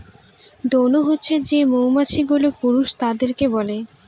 drone হছে যে মৌমাছি গুলো পুরুষ তাদেরকে বলে